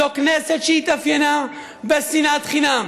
זו כנסת שהתאפיינה בשנאת חינם.